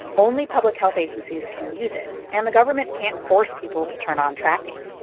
only public health agencies can use it, and the government can't force people to turn on tracking.